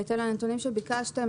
בהתאם לנתונים שביקשתם,